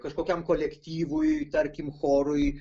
kažkokiam kolektyvui tarkim chorui